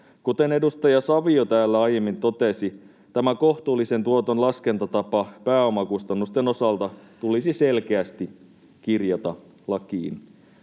Kuten edustaja Savio täällä aiemmin totesi, tämä kohtuullisen tuoton laskentatapa pääomakustannusten osalta tulisi selkeästi kirjata lakiin.